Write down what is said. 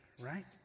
right